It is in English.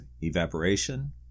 evaporation